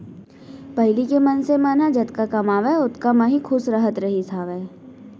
पहिली के मनसे मन ह जतका कमावय ओतका म ही खुस रहत रहिस हावय